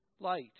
Light